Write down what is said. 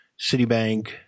Citibank